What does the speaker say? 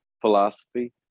philosophy